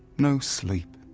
no sleep,